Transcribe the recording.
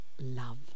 Love